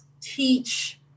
teach